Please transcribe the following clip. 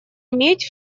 иметь